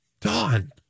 Dawn